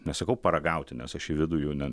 nesakau paragauti nes aš į vidų jų ne